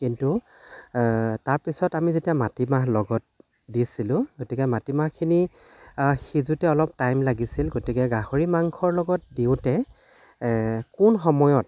কিন্তু তাৰপিছত আমি যেতিয়া মাটিমাহ লগত দিছিলোঁ গতিকে মাটিমাহখিনি সিজোতে অলপ টাইম লাগিছিল গতিকে গাহৰি মাংসৰ লগত দিওঁতে কোন সময়ত